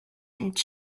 its